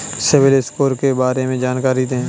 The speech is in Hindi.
सिबिल स्कोर के बारे में जानकारी दें?